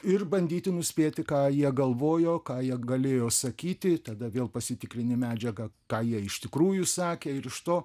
ir bandyti nuspėti ką jie galvojo ką jie galėjo sakyti tada vėl pasitikrini medžiagą ką jie iš tikrųjų sakė ir iš to